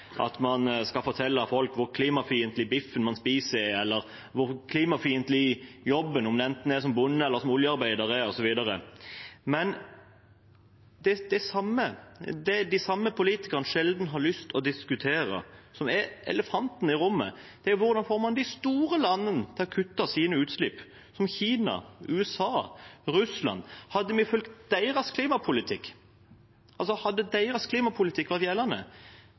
at man skal fortelle folk hvor klimafiendtlig biffen man spiser, er, eller hvor klimafiendtlig jobben er – enten det er som bonde eller som oljearbeider, osv. Men det de samme politikerne sjelden har lyst til å diskutere, og som er elefanten i rommet, er hvordan man får de store landene, som Kina, USA og Russland, til å kutte sine utslipp. Hadde vi fulgt deres klimapolitikk, og hadde deres klimapolitikk vært gjeldende,